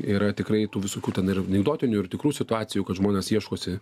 yra tikrai tų visokių ten ir anedoktinių ir tikrų situacijų kad žmonės ieškosi